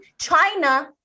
China